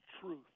truth